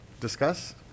discuss